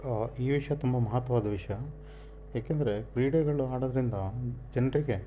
ಈ ವಿಷಯ ತುಂಬ ಮಹತ್ವವಾದ ವಿಷಯ ಏಕೆಂದರೆ ಕ್ರೀಡೆಗಳು ಆಡೋದರಿಂದ ಜನರಿಗೆ